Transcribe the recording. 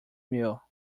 meal